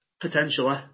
Potentially